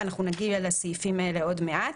נגיע לסעיפים האלה עוד מעט.